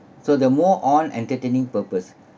so the more on entertaining purpose